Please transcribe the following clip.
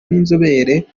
b’inzobere